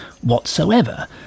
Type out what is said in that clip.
whatsoever